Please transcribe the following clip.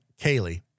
Kaylee